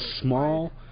small